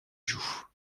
joues